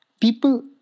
People